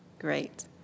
Great